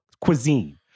cuisine